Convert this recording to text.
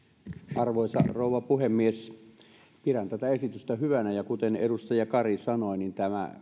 arvoisa rouva puhemies pidän tätä esitystä hyvänä ja kuten edustaja kari sanoi